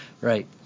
Right